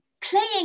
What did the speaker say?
playing